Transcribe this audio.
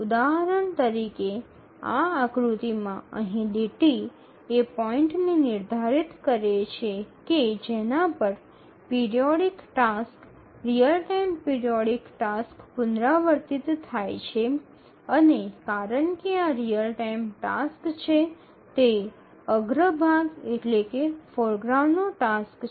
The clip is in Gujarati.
ઉદાહરણ તરીકે આ આકૃતિમાં અહીં લીટી એ પોઈન્ટને નિર્ધારિત કરે છે કે જેના પર periodic task real time periodic task પુનરાવર્તિત થાય છે અને કારણ કે આ રીઅલ ટાઇમ ટાસ્ક છે તે અગ્રભાગ નો ટાસ્ક છે